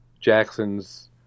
Jackson's